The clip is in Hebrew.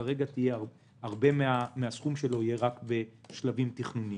כרגע הרבה מהסכום שלו יהיה רק בשלבים תכנוניים.